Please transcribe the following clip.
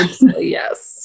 yes